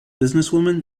businesswoman